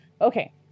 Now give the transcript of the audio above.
Okay